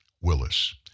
Willis